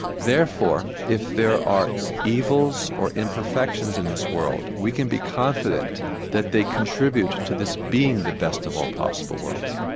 therefore, if there are evils or imperfections in this world, we can be confident that they contribute to this being the best of all possible worlds.